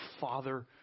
father